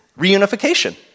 reunification